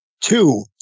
two